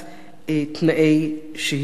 תנאי שהייתו.